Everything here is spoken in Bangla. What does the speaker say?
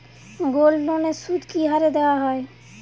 গোল্ডলোনের সুদ কি হারে দেওয়া হয়?